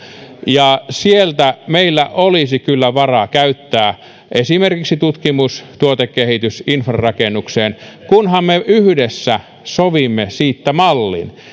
sieltä meillä olisi kyllä varaa käyttää esimerkiksi tutkimus tuotekehitys ja infrarakennukseen kunhan me yhdessä sovimme siitä mallin